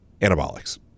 anabolics